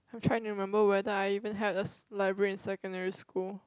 try to remember whether I even had a library in secondary school